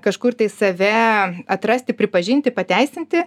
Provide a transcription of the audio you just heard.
kažkur tai save atrasti pripažinti pateisinti